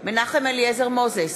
מנחם אליעזר מוזס,